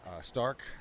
stark